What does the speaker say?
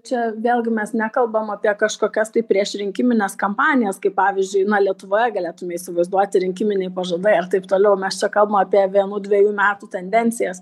čia vėlgi mes nekalbam apie kažkokias tai priešrinkimines kampanijas kaip pavyzdžiui na lietuvoje galėtume įsivaizduoti rinkiminiai pažadai ir taip toliau mes čia kalbam apie vienų dvejų metų tendencijas